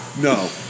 No